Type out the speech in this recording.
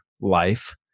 life